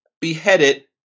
beheaded